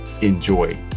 enjoy